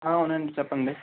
అవును అండి చెప్పండి